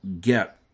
get